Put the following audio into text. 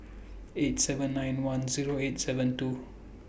eight seven nine one Zero eight seven two